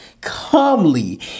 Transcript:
calmly